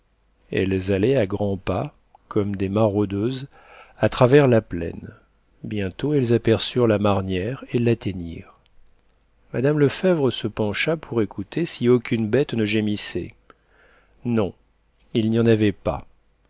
elles allaient à grands pas comme des maraudeuses à travers la plaine bientôt elles aperçurent la marnière et l'atteignirent mme lefèvre se pencha pour écouter si aucune bête ne gémissait non il n'y en avait pas